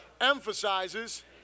emphasizes